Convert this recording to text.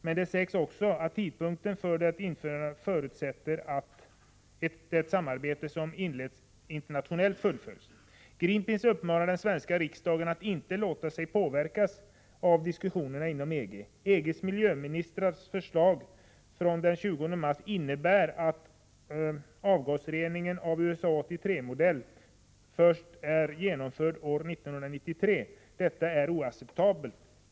Men det sägs också att tidpunkten för ett införande förutsätter att det samarbete som inletts internationellt fullföljs. Greenpeace uppmanar den svenska riksdagen att inte låta sig påverkas av diskussionerna inom EG. EG:s miljöministrars förslag från den 20 mars innebär att avgasrening av USA-83-modell först är genomförd år 1993. Detta är oacceptabelt.